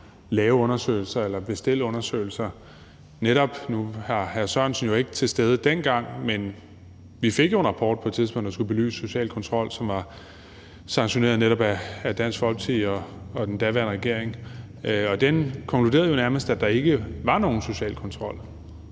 lave undersøgelser eller bestille undersøgelser netop nu. Nu var hr. Mikkel Bjørn jo ikke til stede dengang, men vi fik jo en rapport på et tidspunkt, der skulle belyse social kontrol, og som netop var sanktioneret af Dansk Folkeparti og den daværende regering, og den konkluderede jo nærmest, at der ikke var nogen social kontrol,